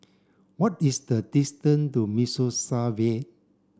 what is the distance to Mimosa Vale